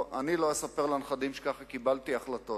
לא, אני לא אספר לנכדים שכך קיבלתי החלטות.